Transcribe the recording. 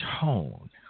tone